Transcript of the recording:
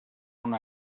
una